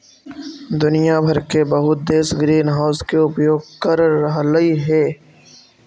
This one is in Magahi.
दुनिया भर के बहुत देश ग्रीनहाउस के उपयोग कर रहलई हे